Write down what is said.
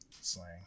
slang